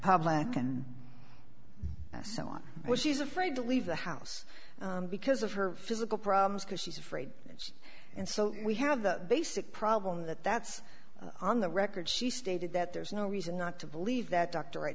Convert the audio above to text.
public and so on when she's afraid to leave the house because of her physical problems because she's afraid she and so we have the basic problem that that's on the record she stated that there's no reason not to believe that doctor i